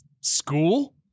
school